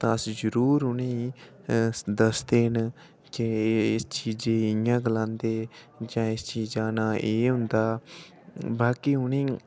तां जरूर उनेंगी दसदे न केह् इस चीजै गी इ'यां गलांदे न जां इस चीजा दा नां ऐ ' बाकी उ'नेंगी